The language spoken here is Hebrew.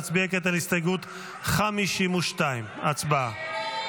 נצביע כעת על הסתייגות 52. הצבעה.